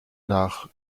nach